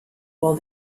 while